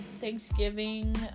thanksgiving